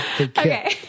Okay